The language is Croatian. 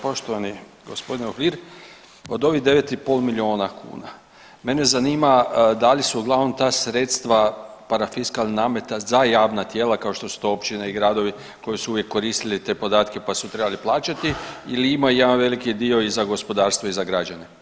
Poštovani gospodine Uhlir, od ovih 9,5 miliona kuna mene zanima da li su uglavnom ta sredstva parafiskalnih nameta za javna tijela kao što su to općine i gradovi koji su uvijek koristili te podatke pa su trebali plaćati ili ima jedan veliki dio i za gospodarstvo i za građane?